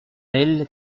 elle